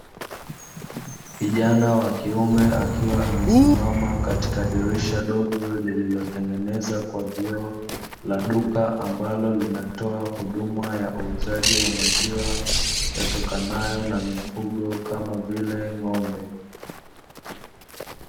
Kijana wa kiume akiwa amesimama katika dirisha dogo, lililotengenezwa kwa vioo, la duka ambalo linatoa huduma ya uuzaji wa maziwa yatokanayo na mifugo kama vile ng'ombe.